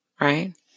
right